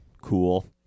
Cool